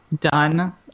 Done